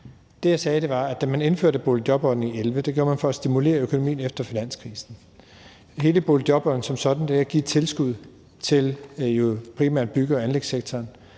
Det, jeg sagde, var, at da man indførte boligjobordningen i 2011, gjorde man det for at stimulere økonomien efter finanskrisen, og hele boligjobordningen som sådan er at give et tilskud til jo primært bygge- og anlægssektoren.